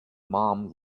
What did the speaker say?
mom